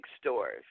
stores